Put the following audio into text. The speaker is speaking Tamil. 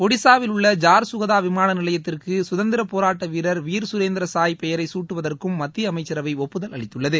ஒடிசாவில் உள்ள ஜார் சுகதா விமான நிலையத்திற்கு சுதந்திர போராட்ட வீரர் வீர் சுரேந்திர சாய் என்ற பெயரை சூட்டுவதற்கும் மத்திய அமைச்சரவை ஒப்புதல் அளித்துள்ளது